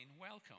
welcome